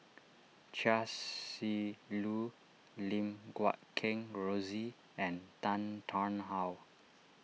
Chia Shi Lu Lim Guat Kheng Rosie and Tan Tarn How